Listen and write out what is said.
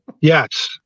Yes